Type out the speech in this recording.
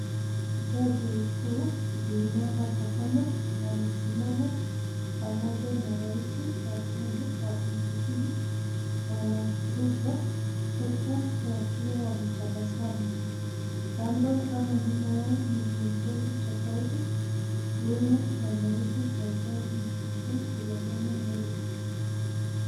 Jaji mkuu Bi Martha Koome ,amesimama pamoja na rais wa tano wa nchi hii, bwana Ruto, huku wakiwa wametabasamu. Kando ama nyuma yao ni viongozi tofauti ikiwemo na naibu wa jaji mkuu Philomena Mulwa.